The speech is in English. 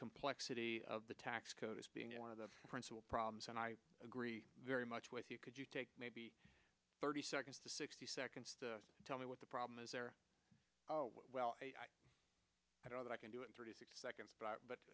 complexity of the tax code as being one of the principal problems and i agree very much with you could you take maybe thirty seconds to sixty seconds to tell me what the problem is there oh well you know that i can do it in thirty seconds but